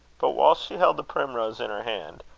but while she held the primrose in her hand,